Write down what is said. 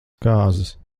kāzas